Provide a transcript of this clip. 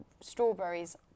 strawberries